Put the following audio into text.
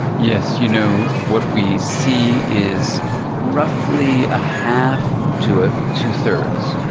yes, you know, what we see is roughly a half to ah two-thirds,